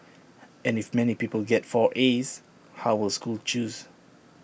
and if many pupils get four as how will schools choose